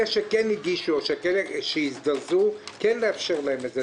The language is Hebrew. אלה שכן הגישו או שהזדרזו, לאפשר להם את זה.